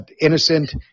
innocent